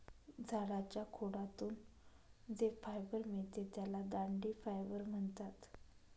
झाडाच्या खोडातून जे फायबर मिळते त्याला दांडी फायबर म्हणतात